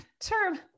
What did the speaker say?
term